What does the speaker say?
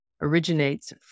originates